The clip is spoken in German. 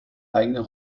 eigene